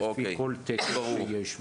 לפי כל תקן שיש.